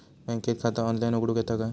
बँकेत खाता ऑनलाइन उघडूक येता काय?